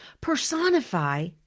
personify